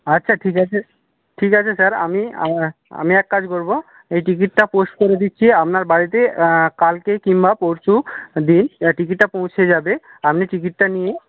আচ্ছা ঠিক আছে ঠিক আছে স্যার আমি আমি এক কাজ করবো এই টিকিটটা পোস্ট করে দিচ্ছি আপনার বাড়িতে কালকেই কিংবা পরশু দিন টিকিটটা পৌঁছে যাবে আপনি টিকিটটা নিয়ে